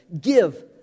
Give